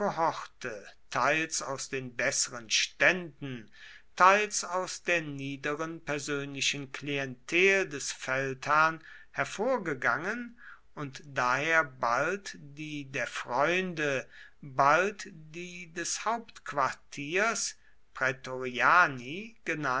teils aus den besseren ständen teils aus der niederen persönlichen klientel des feldherrn hervorgegangen und daher bald die der freunde bald die des hauptquartiers